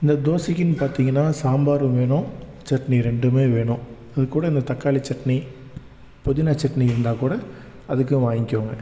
இந்த தோசைக்கின்னு பார்த்திங்கனா சாம்பாரும் வேணும் சட்னி ரெண்டுமே வேணும் அது கூட இந்த தக்காளி சட்னி புதினா சட்னி இருந்தால் கூட அதுக்கும் வாங்கிக்கோங்க